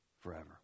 forever